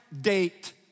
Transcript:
date